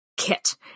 kit